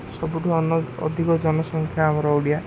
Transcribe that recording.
ସବୁଠୁ ଅନ୍ୟ ଅଧିକ ଜନସଂଖ୍ୟା ଆମର ଓଡ଼ିଆ